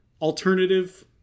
alternative